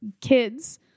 kids